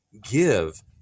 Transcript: give